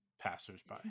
passersby